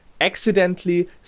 accidentally